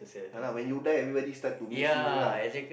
ya lah when you die everybody start to miss you lah